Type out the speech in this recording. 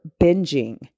binging